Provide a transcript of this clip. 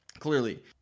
Clearly